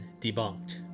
debunked